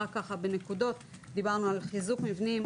רק אומר בנקודות: דיברנו על חיזוק מבנים,